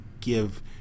give